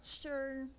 sure